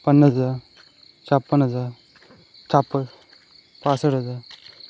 पन्नास हजार छप्पन्न हजार छप्पन्न पासष्ट हजार